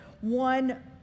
one